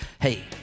hey